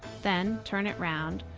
then turn it around.